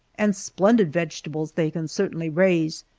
and splendid vegetables they can certainly raise,